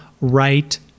right